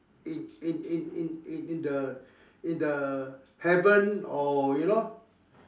in in in in in the in the in the heaven or you know